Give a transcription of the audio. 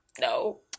No